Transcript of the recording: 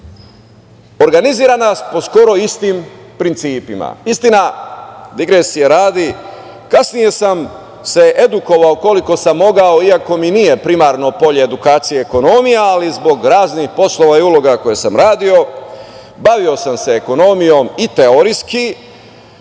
organizovana po skoro istim principima. Istina, digresije radi, kasnije sam se edukovao koliko sam mogao iako mi nije primarno polje edukacije ekonomija, ali zbog raznih poslova i uloga koje samo radio bavio sam se ekonomijom i teorijski